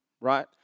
right